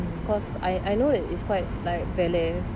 because I I know that is quite like வெல்ல:vella